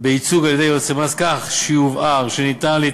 בייצוג על-ידי יועצי מס כך שיובהר שניתן